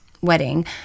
wedding